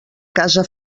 casa